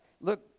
Look